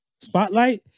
Spotlight